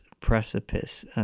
precipice